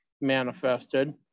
manifested